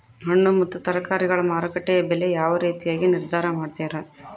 ಹಣ್ಣು ಮತ್ತು ತರಕಾರಿಗಳ ಮಾರುಕಟ್ಟೆಯ ಬೆಲೆ ಯಾವ ರೇತಿಯಾಗಿ ನಿರ್ಧಾರ ಮಾಡ್ತಿರಾ?